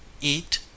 eat